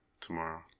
tomorrow